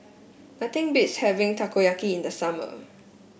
nothing beats having Takoyaki in the summer